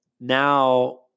Now